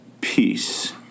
peace